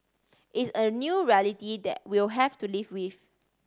it's a new reality that we'll have to live with